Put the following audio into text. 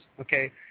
okay